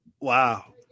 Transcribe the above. wow